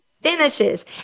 finishes